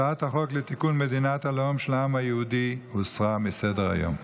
הצעת החוק לתיקון מדינת הלאום של העם היהודי הוסרה מסדר-היום.